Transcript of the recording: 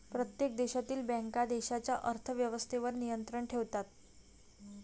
प्रत्येक देशातील बँका देशाच्या अर्थ व्यवस्थेवर नियंत्रण ठेवतात